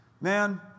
Man